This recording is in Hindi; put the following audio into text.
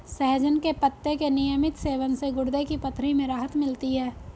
सहजन के पत्ते के नियमित सेवन से गुर्दे की पथरी में राहत मिलती है